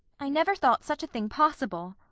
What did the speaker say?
i never thought such a thing possible.